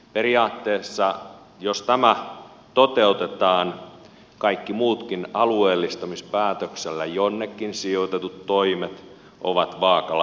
periaatteessa jos tämä toteutetaan kaikki muutkin alueellistamispäätöksellä jonnekin sijoitetut toimet ovat vaakalaudalla